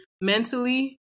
Mentally